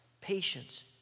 patience